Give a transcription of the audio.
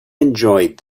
enjoyed